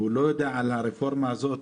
לא יודע על הרפורמה הזאת,